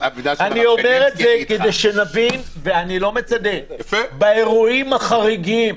אני אומר את זה כדי שנבין ואני לא מצדד באירועים החריגים,